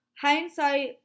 hindsight